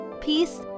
peace